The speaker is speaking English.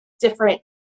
different